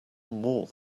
more